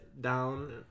down